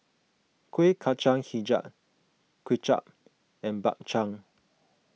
Kueh Kacang HiJau Kway Chap and Bak Chang